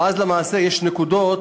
ואז למעשה יש נקודות.